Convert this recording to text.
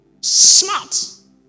Smart